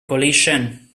coalition